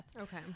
Okay